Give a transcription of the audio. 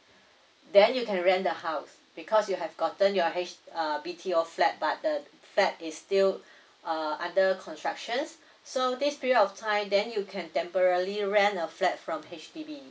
then you can rent the house because you have gotten your H~ err B_T_O flat but the flat is still err under construction so this period of time then you can temporary rent a flat from H_D_B